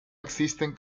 existen